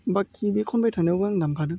बाखि बे खनबाय थानायावबो आं दामफादों